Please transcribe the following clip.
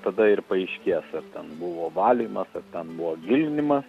tada ir paaiškės ar ten buvo valymas ar ten buvo gilinimas